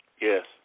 Yes